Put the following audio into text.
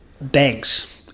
banks